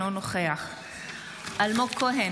אינו נוכח